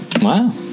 Wow